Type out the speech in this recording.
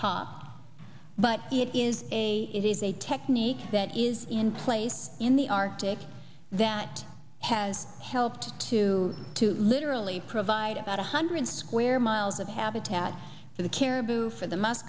top but it is a it is a technique that is in place in the arctic that has helped to to literally provide about one hundred square miles of habitats for the caribou for the m